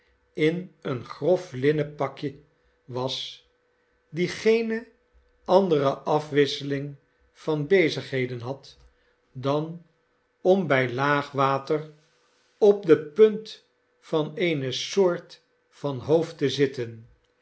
in een grof linnen pakje was diegeene andere afwisseling van bezigheden had dan om bij laag water op de punt van eene soort van hoofd te zitten